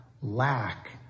lack